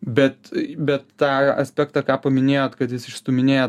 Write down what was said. bet bet tą aspektą ką paminėjot kad jis išstūminėja